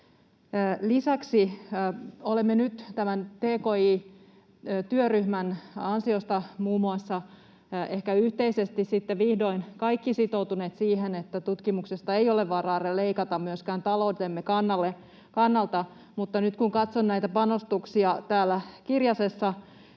Lisäksi olemme nyt muun muassa tämän tki-työryhmän ansiosta ehkä vihdoin kaikki yhteisesti sitten sitoutuneet siihen, että tutkimuksesta ei ole varaa leikata myöskään taloutemme kannalta. Mutta nyt kun katson näitä panostuksia täällä kirjasessa,